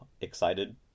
excited